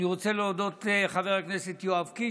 אני רוצה להודות לחבר הכנסת יואב קיש,